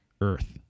Earth